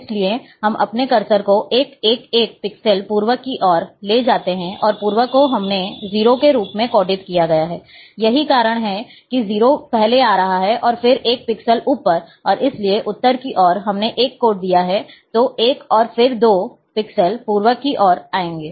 इसलिए हम अपने कर्सर को 1 1 1 पिक्सेल पूर्व की ओर ले जाते हैं और पूर्व को हमने 0 के रूप में कोडित किया गया है यही कारण है कि 0 पहले आ रहा है और फिर 1 पिक्सेल ऊपर और इसलिए उत्तर की ओर हमने 1 कोड दिया है 1 तो 1 और फिर 2 पिक्सेल पूर्व की ओर आएंगे